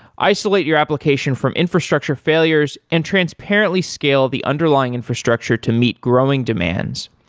isolate your application from infrastructure failures and transparently scale the underlying infrastructure to meet growing demands.